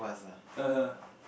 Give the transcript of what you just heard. (uh huh)